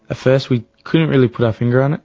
ah first we couldn't really put our finger on it,